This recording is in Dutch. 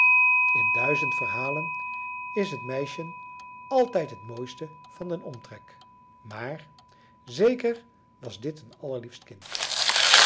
in duizend verhalen is het meisjen altijd het mooiste van den omtrek maar zeker was dit een allerliefst kind